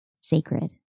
sacred